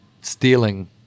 stealing